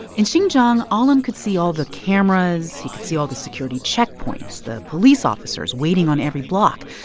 in xinjiang, alim could see all the cameras. he could see all the security checkpoints, the police officers waiting on every block.